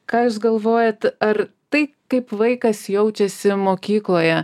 ką jūs galvojate ar tai kaip vaikas jaučiasi mokykloje